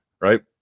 right